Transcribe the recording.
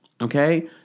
Okay